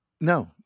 No